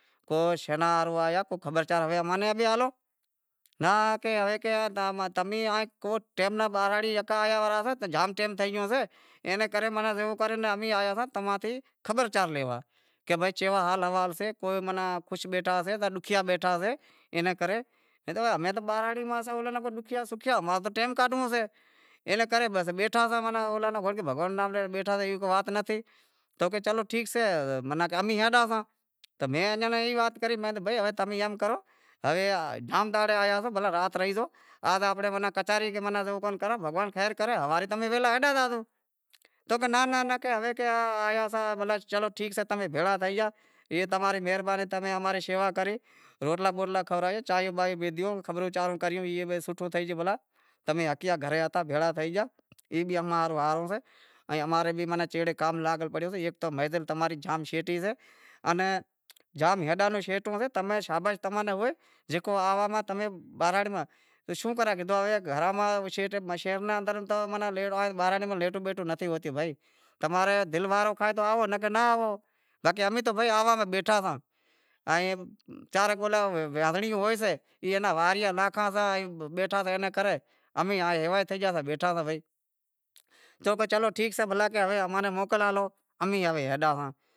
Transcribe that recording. تو شے ہاروں تمیں آیا کو خبرچار ہوئے تو ہوے ماں نے تو ابھیں ہالو، تو کہیں ناں تمہیں بہراڑی یکا ٹیم تھئی گیو شے ایں نے کرے زیوو کر امیں تماں سیں خبر چار لیوا آیا کہ بھائی کیوا حال سیں کوئی خوش بیٹھا سے یا ڈوکھیا بیٹھا سے اینے کرے، امیں تو بہراڑی ماہ سیں تو انیں کرے امیں تو ڈوکھیا سوکھیا امیں تو ٹیم کاڈھووں سے اینے کرے ماناں بیٹھا ساں ماناں اولاں ناں وڑے بھگوان رو نام لے بیٹھاساں ایوی کو وات نتھی تو کہیں چلو ٹھیک سے امیں ہے زاشاں، میں ایئاں ناں ای وات کری کہ بھئی تمیں ایئں کرو ہوے جام دہاڑے آیا شو بھلا رات رہی زائو، آج امیں کچہری جیووکر کراں بھگوان خیر کرے ہوارے تمیں ویہلا ہلیا زاشو۔ تو کہیں ناں ناں ناں ناں ہوے تو آیا ہتا چلو ٹھیک سے تمیں بھیڑا تھئی گیا، اے تماری مہربانی اے تمیں اماری شیوا کری روٹلا باٹلا کھورایا، چانہیوں بانہیوں پیدہیوں، خبروں چاروں کریوں ای او سوٹھو تھئی گیو بھلا تمیں ہکیا گھریں ہتا بھیڑا تھئی گیا اے بھی امارو ہاروں سے ائیں امارے بھی سیڑے کام لاگل پڑیو سے منزل بھی تمام زام شیٹی سے این جام ہیڈاں نوں شیٹو سے شابس تماں ناں ہوئے تو آوا ماں بہراڑی ماہ شوں کرے تو گھراں ماں شیٹے بہراڑی ماہ لیٹوں بیٹوں نتھی ہوتیوں تمہاری دل وارو کھائے تو آوو نھ کہے تو ناں آووباقی امیں تو بھائی بیٹھا ساں اہئں چاراں بولاں ہوے بیٹھا ساں بھائی، تو کہے چلو ٹھیک سے ہوے اماں ناں موکل ہلو۔